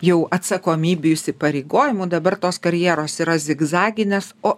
jau atsakomybių įsipareigojimų dabar tos karjeros yra zigzaginės o